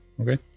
Okay